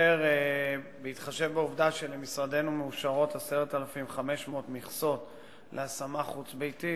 בהתחשב בעובדה שלמשרדנו מאושרות 10,500 מכסות להשמה חוץ-ביתית,